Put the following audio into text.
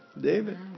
David